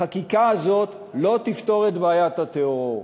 החקיקה הזאת לא תפתור את בעיית הטרור.